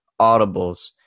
Audibles